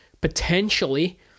potentially